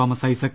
Thomas Isaac